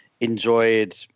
enjoyed